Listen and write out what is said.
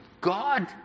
God